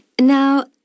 Now